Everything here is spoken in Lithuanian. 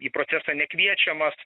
į procesą nekviečiamas